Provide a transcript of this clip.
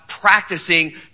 practicing